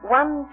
one